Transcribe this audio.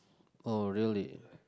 oh really